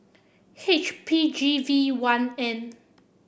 H P G V one N